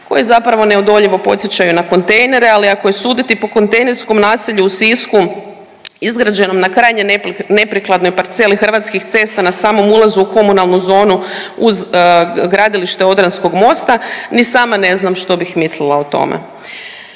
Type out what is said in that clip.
koje zapravo neodoljivo podsjećaju na kontejnere, ali ako je suditi po kontejnerskom naselju u Sisku izgrađenom na krajnje neprikladnoj parceli Hrvatskih cesta na samom ulazu u komunalnu zonu uz gradilište Odranskog mosta ni sama ne znam što bih mislila o tome.